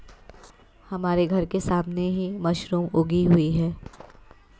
हमारे घर के सामने ही मशरूम उगी हुई है